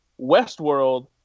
Westworld